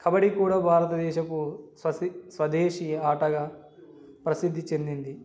కబడ్డీ కూడా భారతదేశపు స్వసి స్వదేశీయ ఆటగా ప్రసిద్ధి చెందింది